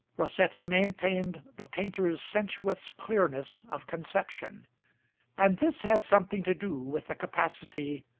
rossetti maintained the painter's sensuous clearness of conception and this has something to do with the capacity,